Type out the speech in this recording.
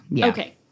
Okay